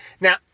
Now